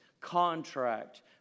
contract